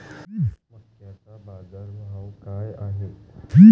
मक्याचा बाजारभाव काय हाय?